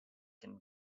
can